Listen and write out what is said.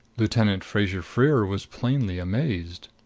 lieutenant fraser-freer was plainly amazed.